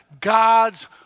God's